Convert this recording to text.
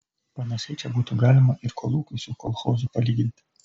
panašiai čia būtų galima ir kolūkį su kolchozu palyginti